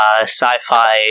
sci-fi